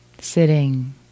sitting